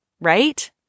Right